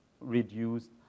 reduced